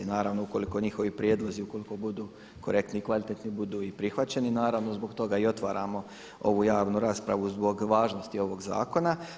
Naravno ukoliko njihovi prijedlozi, ukoliko budu korektni i kvalitetni, budu i prihvaćeni naravno zbog toga i otvaramo ovu javnu raspravu zbog važnosti ovog zakona.